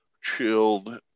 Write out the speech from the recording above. chilled